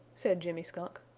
said jimmy skunk.